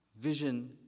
Vision